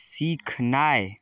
सीखनाइ